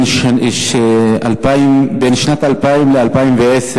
בין שנת 2000 ל-2010